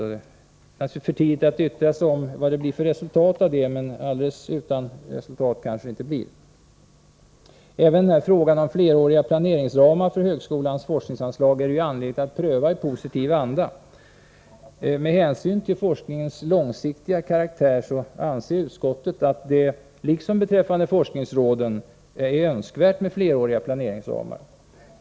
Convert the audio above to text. Det är naturligtvis för tidigt att yttra sig om vad det kan bli för resultat av detta. Alldeles utan resultat kanske det inte blir. Även frågan om fleråriga planeringsramar för högskolans forskningsanslag är det angeläget att pröva i positiv anda. Med hänsyn till forskningens långsiktiga karaktär anser utskottet att det — liksom beträffande forsknings råden — är önskvärt med fleråriga planeringsramar.